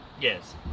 yes